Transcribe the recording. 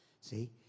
See